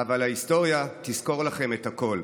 אבל ההיסטוריה תזכור לכם את הכול,